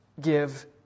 give